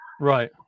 right